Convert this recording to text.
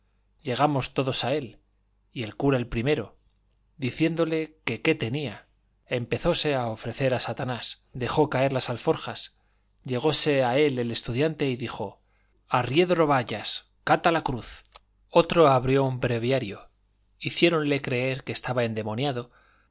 llegamos todos a él y el cura el primero diciéndole que qué tenía empezóse a ofrecer a satanás dejó caer las alforjas llegóse a él el estudiante y dijo arriedro vayas cata la cruz otro abrió un breviario hiciéronle creer que estaba endemoniado